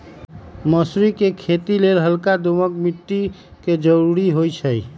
मसुरी कें खेति लेल हल्का दोमट माटी के जरूरी होइ छइ